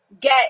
get